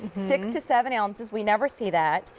six to seven ounces. we never see that.